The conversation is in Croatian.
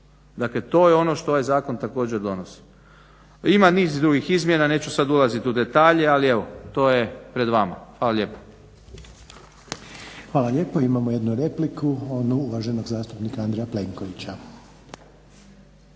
Dakle, to je ono što ovaj zakon također donosi. Ima niz drugih izmjena, neću sad ulazit u detalje ali evo to je pred vama. Hvala lijepa. **Reiner, Željko (HDZ)** Hvala lijepo. Imamo jednu repliku onu uvaženog zastupnika Andreja Plenkovića.